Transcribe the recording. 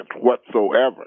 whatsoever